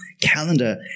calendar